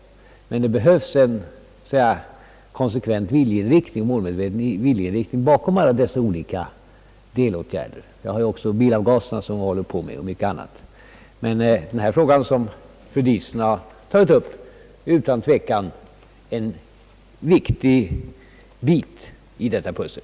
Det behövs en konsekvent och målmedveten viljeinriktning bakom alla dessa olika delåtgärder. Vi håller nu också på med frågan om bilavgaser och mycket annat. Den fråga som fru Diesen har tagit upp är utan tvivel en viktig bit i detta pussel.